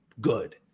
good